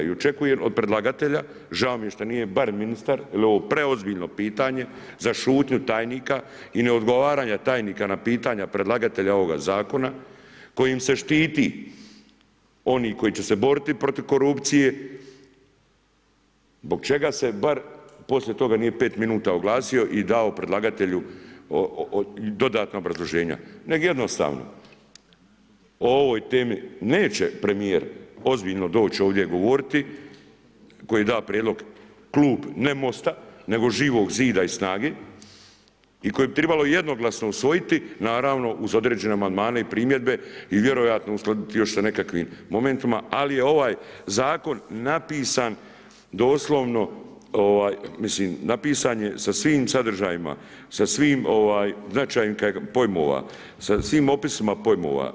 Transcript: I očekujem od predlagatelja, žao mi je šta nije barem ministar jer je ovo preozbiljno pitanje, zašutio tajnika i ne odgovaranje tajnika na pitanja predlagatelja ovoga zakona kojim se štiti oni koji će se boriti protiv korupcije, zbog čega se bar poslije toga nije 5 minuta oglasio i dao predlagatelju dodatna obrazloženja nego jednostavno, o ovoj temi neće premijer ozbiljno doći ovdje govoriti, koji je dao prijedlog klub ne MOST-a nego Živog zida i SNAGA-e i koji bi trebalo jednoglasno usvojiti, naravno uz određene amandmane i primjedbe i vjerojatno uskladiti još sa nekakvim momentima ali je ovaj zakon napisan doslovno, mislim napisan je sa svim sadržajima, sa svim značajkama pojmova, sa svim opisima pojmova.